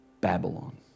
Babylon